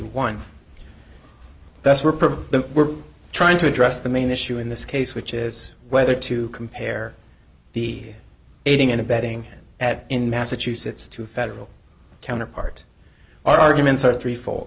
one that's where the we're trying to address the main issue in this case which is whether to compare the aiding and abetting at in massachusetts to federal counterpart arguments or three f